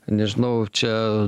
nežinau čia